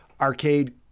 arcade